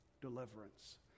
deliverance